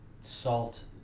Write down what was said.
Salt